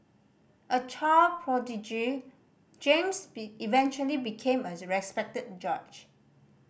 a child prodigy James be eventually became a respected judge